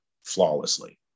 flawlessly